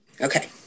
Okay